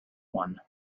one